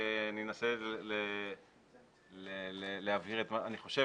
אני אנסה להבהיר את מה שאני חושב